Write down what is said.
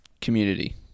community